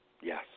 Yes